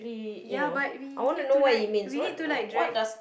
ya but we need to like we need to like drag